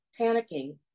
panicking